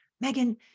Megan